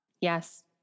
Yes